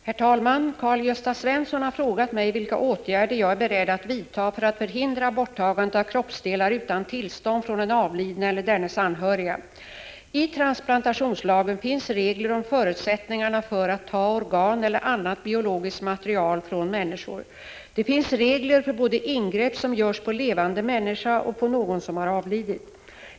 Herr talman! Karl-Gösta Svenson har frågat mig vilka åtgärder jag är beredd att vidta för att förhindra borttagande av kroppsdelar utan tillstånd från den avlidne eller dennes anhöriga. I transplantationslagen finns regler om förutsättningarna för att ta organ eller annat biologiskt material från människor. Det finns regler för både ingrepp som görs på levande människa och för ingrepp på någon som har avlidit.